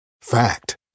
Fact